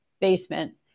basement